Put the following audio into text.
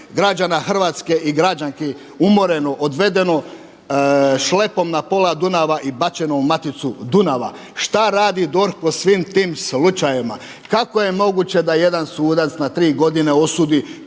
građana Hrvatski i građanki umoreno, odvedeno šlepom na pola Dunava i bačeno u maticu Dunava. Šta radi DORH po svim tim slučajevima? Kako je moguće da jedan sudac na tri godine osudi